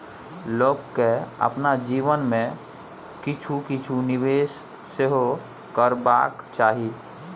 लोककेँ अपन जीवन मे किछु किछु निवेश सेहो करबाक चाही